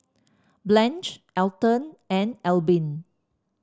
Blanch Elton and Albin